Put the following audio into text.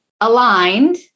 aligned